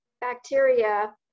bacteria